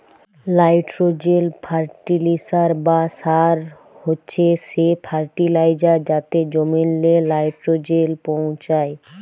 nitrogen fertiliser বা সার হছে সে ফার্টিলাইজার যাতে জমিল্লে লাইট্রোজেল পৌঁছায়